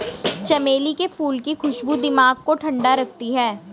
चमेली के फूल की खुशबू दिमाग को ठंडा रखते हैं